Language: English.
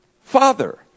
Father